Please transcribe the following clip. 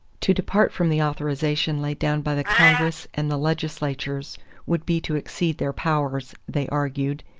to depart from the authorization laid down by the congress and the legislatures would be to exceed their powers, they argued,